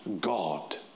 God